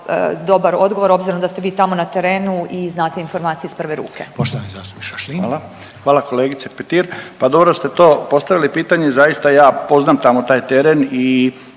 dobar odgovor obzirom da ste vi tamo na terenu i znate informacije iz prve ruke. **Reiner, Željko (HDZ)** Poštovani zastupnik Šašlin. **Šašlin, Stipan (HDZ)** Hvala. Hvala kolegice Petir, pa dobro ste to postavili pitanje, zaista ja poznam tamo taj teren i